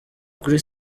kuri